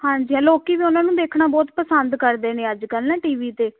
ਹਾਂਜੀ ਲੋਕ ਵੀ ਉਹਨਾਂ ਨੂੰ ਦੇਖਣਾ ਬਹੁਤ ਪਸੰਦ ਕਰਦੇ ਨੇ ਅੱਜ ਕੱਲ੍ਹ ਨਾ ਟੀ ਵੀ 'ਤੇ